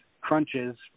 crunches